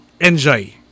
enjoy